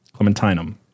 Clementinum